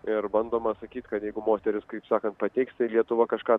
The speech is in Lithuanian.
ir bandoma sakyt kad jeigu moteris kaip sakant pateiks tai lietuva kažką